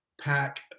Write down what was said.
pack